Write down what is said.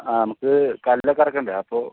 ആ നമുക്ക് കല്ലൊക്കെ ഇറക്കണ്ടേ അപ്പോൾ